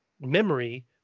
memory